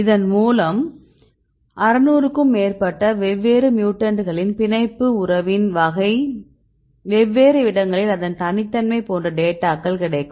இதன் மூலம் 6000 க்கும் மேற்பட்ட வெவ்வேறு மியூட்டன்ட்டுகளின் பிணைப்பு உறவின் வகை வெவ்வேறு இடங்களில் அதன் தனித்தன்மை போன்ற டேட்டாக்கள் கிடைக்கும்